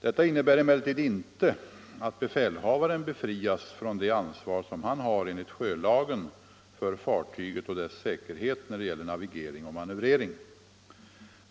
Detta innebär emellertid inte att befälhavaren befrias från det ansvar som han har enligt sjölagen för fartyget och dess säkerhet när det gäller navigering och manövrering.